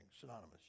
synonymous